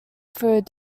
through